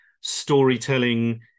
storytelling